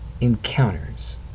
encounters